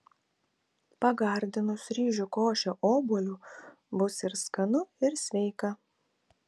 pagardinus ryžių košę obuoliu bus ir skanu ir sveika